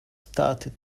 started